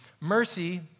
Mercy